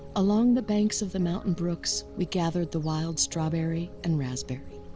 along the banks of the mountain brooks we gathered the wild strawberry and raspberry,